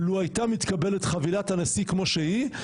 לו הייתה מתקבלת חבילת הנשיא כמו שהיא,